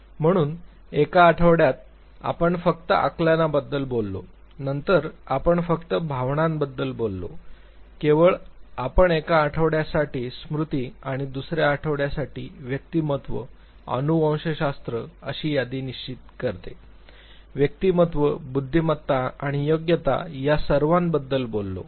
म्हणून एका आठवड्यात आपण फक्त आकलनाबद्दल बोललो नंतर आपण फक्त भावनाबद्दल बोललो केवळ आम्ही एका आठवड्यासाठी स्मृती दुसऱ्या आठवड्यासाठी व्यक्तिमत्त्व अनुवंशशास्त्र आणि यादी निश्चित करते व्यक्तिमत्व बुद्धिमत्ता आणि योग्यता या सर्वाबद्दल बोललो